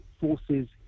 forces